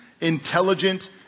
intelligent